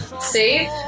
Save